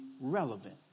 relevant